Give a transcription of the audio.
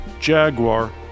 Jaguar